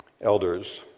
elders